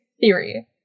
theory